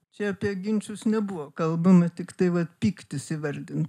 čia apie ginčus nebuvo kalbama tiktai vat pyktis įvardint